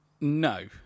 No